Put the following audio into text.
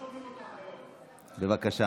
בבקשה.